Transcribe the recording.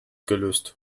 gelöst